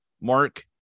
Mark